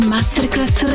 Masterclass